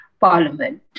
parliament